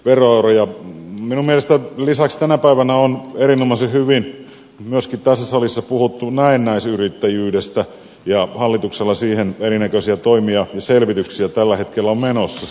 minun mielestäni lisäksi tänä päivänä on erinomaisen hyvin myöskin tässä salissa puhuttu näennäisyrittäjyydestä ja hallituksella siihen erinäköisiä toimia ja selvityksiä tällä hetkellä on menossa